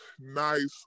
nice